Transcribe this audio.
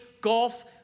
golf